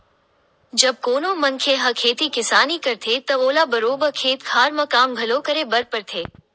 जब कोनो मनखे ह खेती किसानी करथे त ओला बरोबर खेत खार म काम घलो करे बर परथे